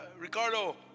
Ricardo